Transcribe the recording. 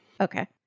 Okay